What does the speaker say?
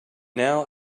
now